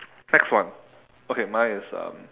next one okay mine is um